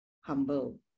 humble